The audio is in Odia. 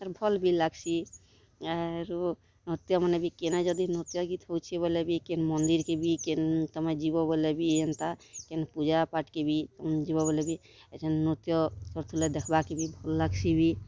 ଆର୍ ଭଲ୍ ବି ଲାଗ୍ସି ଆରୁ ନୃତ୍ୟମାନ ବି କେଣେ ଯଦି ନୃତ୍ୟ ଗୀତ୍ ହଉଚି ବୋଲେ ବି କିନ୍ ମନ୍ଦିର୍ କେ ବି କିନ୍ ତମେ ଯିବ ବୋଲେ ବି ହେନ୍ତା କିନ୍ ପୂଜାପାଠ୍ କେ ଭି ଯିବ ବୋଲି କି ସେ ନୃତ୍ୟ କରୁଥିଲେ ଦେଖ୍ବାକେ ବି ଭଲ ଲାଗ୍ସି ବି